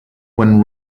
when